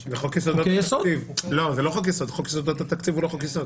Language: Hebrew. לנו: בכל הרשויות היו"ר הוא גם מנכ"ל.